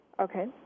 Okay